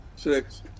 Six